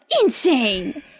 insane